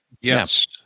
yes